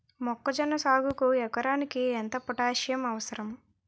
మొక్కజొన్న సాగుకు ఎకరానికి ఎంత పోటాస్సియం అవసరం?